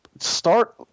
start